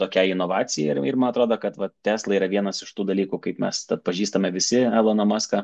tokiai inovacijai ir man atrodo kad va tesla yra vienas iš tų dalykų kaip mes tą atpažįstame visi eloną maską